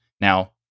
Now